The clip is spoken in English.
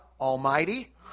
Almighty